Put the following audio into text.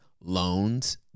loans